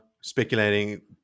speculating